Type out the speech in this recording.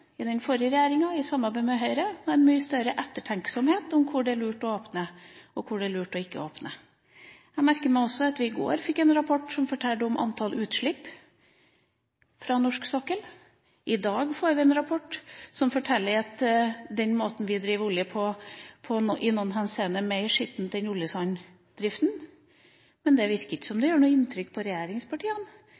i den forrige regjeringa, i samarbeid med Høyre, oppnådde en mye større ettertenksomhet med hensyn til hvor det er lurt å åpne, og hvor det er lurt ikke å åpne. Jeg merker meg også at i går fikk vi en rapport som fortalte om antall utslipp fra norsk sokkel. I dag får vi en rapport som forteller at den måten vi driver oljevirksomhet på, i noen henseender er mer skitten enn oljesanddriften. Men det virker ikke som om det gjør noe inntrykk på regjeringspartiene